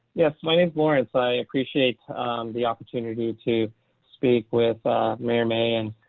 yes, my name's lawrence, i appreciate the opportunity to speak with mayor mei and